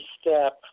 step